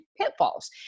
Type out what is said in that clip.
pitfalls